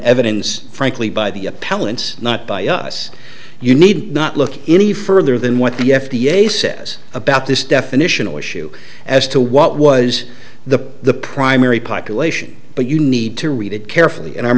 evidence frankly by the appellants not by us you need not look any further than what the f d a says about this definitional issue as to what was the the primary population but you need to read it carefully and i'm